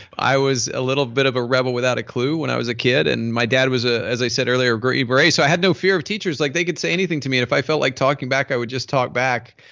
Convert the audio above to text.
i was a little bit of a rebel without a clue when i was a kid and my dad was a a i said earlier green beret so i had no fear of teachers. like they could say anything to me and if i felt like talking back i would just talk back.